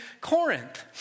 Corinth